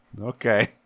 Okay